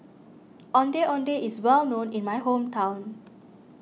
Ondeh Ondeh is well known in my hometown